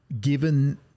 given